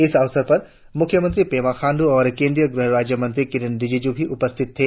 इस अवसर पर मुख्यमंत्री पेमा खाण्डू और केंद्रीय गृह राज्य मंत्री किरेण रिजिजू भी उपस्थित थे